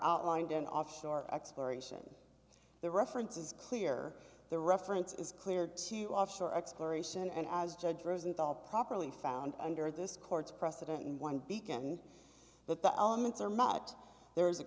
outlined in offshore exploration the reference is clear the reference is clear to offshore exploration and as judge rosenthal properly found under this court's precedent and one beacon that the elements are not there is a